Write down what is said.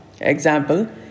Example